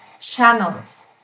channels